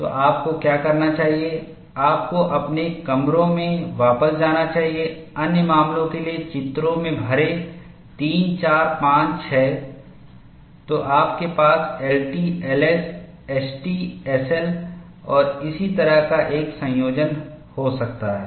तो आपको क्या करना चाहिए आपको अपने कमरों में वापस जाना चाहिए अन्य मामलों के लिए चित्रों में भरें 3 4 5 6 तो आपके पास एलटी एलएस एसटी एसएल और इसी तरह का एक संयोजन हो सकता है